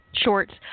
shorts